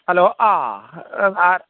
hello ആ ആ ആ